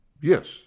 Yes